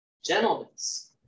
gentleness